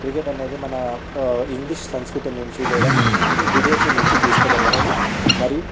cricket అనేది మన English సంస్కృత నుంచి లేదా విదేశీ నుంచి తీసుకోబడినది మరియు